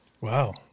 Wow